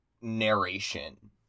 narration